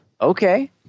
Okay